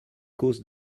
causes